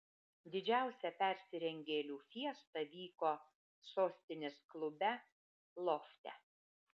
didžiausia persirengėlių fiesta vyko sostinės klube lofte